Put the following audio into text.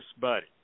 buddy